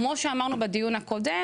כמו שאמרנו בדיון הקודם,